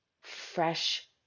fresh